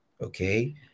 Okay